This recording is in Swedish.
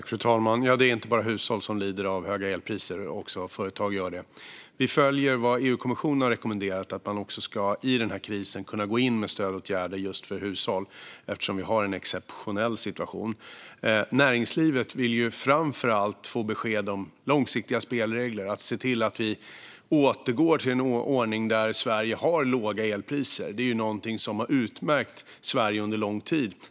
Fru talman! Det är inte bara hushåll som lider av höga elpriser. Också företag gör det. Vi följer vad EU-kommissionen har rekommenderat, nämligen att man i denna kris med en exceptionell situation ska kunna gå in med stödåtgärder för just hushåll. Näringslivet vill framför allt få besked om långsiktiga spelregler och kunna återgå till en ordning där Sverige har låga elpriser. Det är något som har utmärkt Sverige under lång tid.